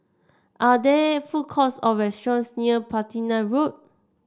are there food courts or restaurants near Platina Road